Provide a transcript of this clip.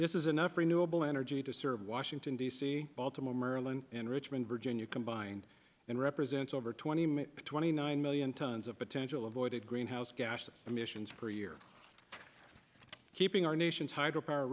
this is enough renewable energy to serve washington d c baltimore maryland and richmond virginia combined and represents over twenty min twenty nine million tonnes of potential avoided greenhouse gas emissions per year keeping our